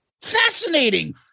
Fascinating